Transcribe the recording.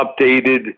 updated